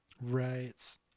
Right